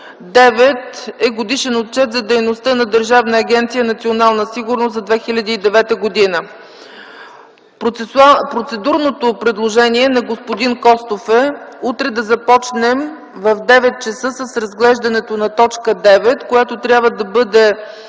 9 е Годишен отчет за дейността на Държавна агенция „Национална сигурност” за 2009 г. Процедурното предложение на господин Костов е утре да започнем в 9,00 ч. с разглеждането на т. 9, която трябва да бъде